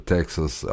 Texas